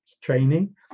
training